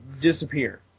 disappear